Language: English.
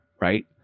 right